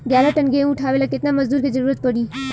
ग्यारह टन गेहूं उठावेला केतना मजदूर के जरुरत पूरी?